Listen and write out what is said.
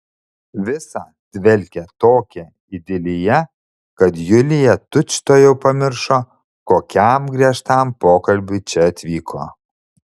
visa dvelkė tokia idilija kad julija tučtuojau pamiršo kokiam griežtam pokalbiui čia atvyko